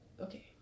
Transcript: Okay